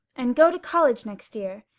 and go to college next year.